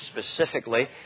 specifically